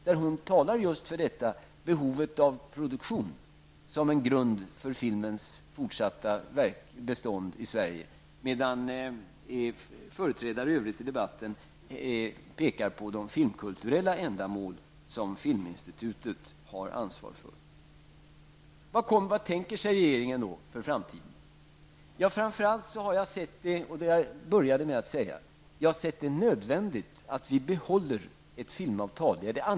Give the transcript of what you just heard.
Gudrun Schyman talar just om behovet av produktion och produktionen som en grund för filmens fortsatta bestånd i Sverige, medan företrädare i övrigt i debatten pekar på de filmkulturella ändamål som Filminstitutet har ansvaret för. Vad tänker sig regeringen då för framtiden? Jo, framför allt har jag sett det -- det började jag med att säga -- angeläget att vi behåller ett filmavtal.